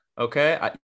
Okay